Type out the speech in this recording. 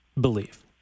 belief